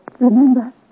Remember